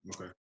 okay